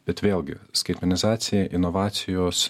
bet vėlgi skaitmenizacija inovacijos